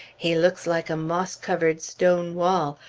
he looks like a moss-covered stone wall,